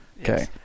okay